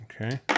Okay